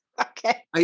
Okay